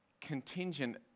contingent